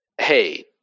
hey